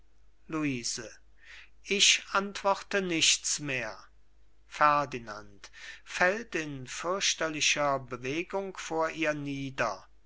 luise ich antworte nichts mehr ferdinand fällt in fürchterlicher bewegung vor ihr nieder